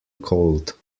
cold